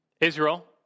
Israel